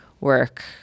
work